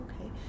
okay